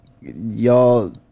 y'all